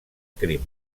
crim